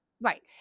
right